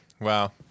wow